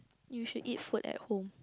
you should eat food at home